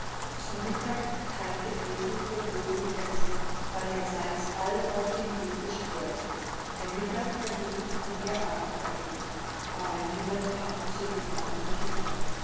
zu mittag theilte gretel ihr brod mit hänsel weil der seins all auf den weg gestreut der mittag verging und der abend verging aber niemand kam zu den armen kindern